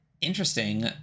interesting